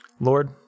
Lord